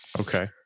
Okay